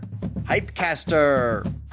Hypecaster